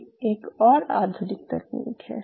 ये एक और आधुनिक तकनीक है